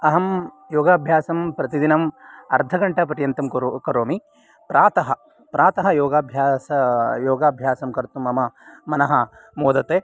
अहं योगाभ्यासं प्रतिदिनम् अर्धघण्टापर्यन्तं करोमि प्रातः प्रातः योगाभ्यासं योगाभासं कर्तुं मम मनः मोदते